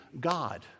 God